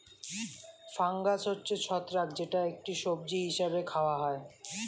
fungus হচ্ছে ছত্রাক যেটা একটি সবজি হিসেবে খাওয়া হয়